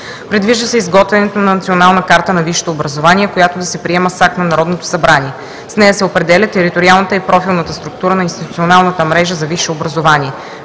Предвижда се изготвянето на Национална карта на висшето образование, която да се приема с акт на Народното събрание. С нея се определят териториалната и профилната структура на институционалната мрежа за висше образование.